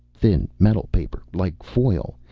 thin, metal paper. like foil.